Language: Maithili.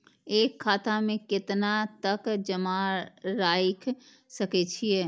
एक खाता में केतना तक जमा राईख सके छिए?